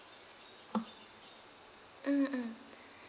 mm mm